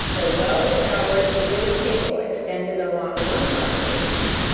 a well scoured deal table extended along one side of the kitchen,